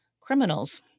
criminals